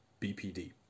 BPD